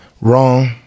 Wrong